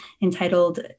entitled